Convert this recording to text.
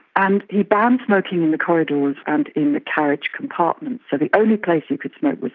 and he banned smoking in the corridors and in the carriage compartments, so the only place you could smoke was